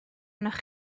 arnoch